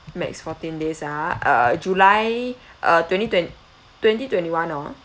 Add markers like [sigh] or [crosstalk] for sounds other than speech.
max fourteen days ah uh july [breath] uh twenty twen~ twenty twenty one orh